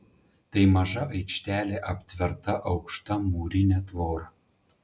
tai maža aikštelė aptverta aukšta mūrine tvora